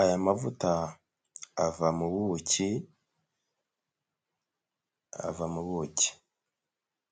aya mavuta ava mu buki, ava mu buki.